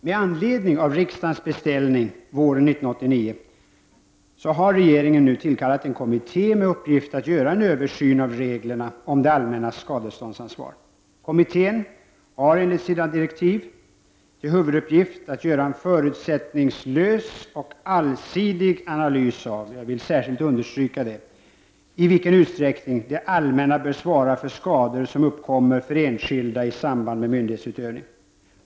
Med anledning av riksdagens beställning våren 1989 har regeringen nu tillkallat en kommitté med uppgift att göra en översyn av reglerna om det allmännas skadeståndsansvar. Kommittén har enligt sina direktiv till huvuduppgift att göra en förutsättningslös och allsidig analys, jag vill särskilt understryka detta, i vilken utsträckning det allmänna bör svara för skador som uppkommer för enskilda i samband med myndighetsutövning.